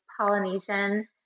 polynesian